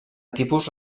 tipus